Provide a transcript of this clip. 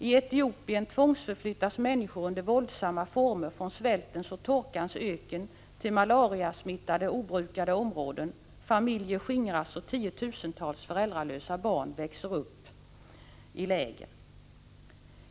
I Etiopien tvångsförflyttas människor under våldsamma former från svältens och torkans öken till malariasmittade obrukade områden, familjer skingras och tiotusentals föräldralösa barn växer upp i läger.